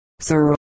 Sir